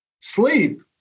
sleep